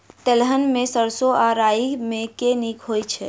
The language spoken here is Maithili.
तेलहन मे सैरसो आ राई मे केँ नीक होइ छै?